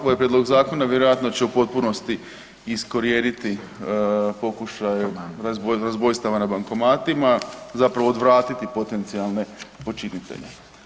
Ovaj prijedlog zakona vjerojatno će u potpunosti iskorijeniti pokušaj razbojstava na bankomatima zapravo odvratiti potencijalne počinitelje.